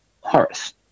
Horace